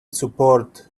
support